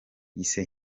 yise